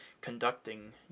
conducting